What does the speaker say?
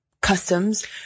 customs